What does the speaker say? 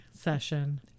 session